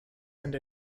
and